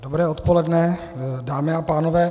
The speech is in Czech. Dobré odpoledne, dámy a pánové.